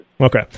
Okay